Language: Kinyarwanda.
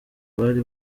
bari